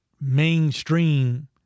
mainstream